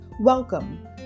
Welcome